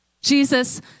Jesus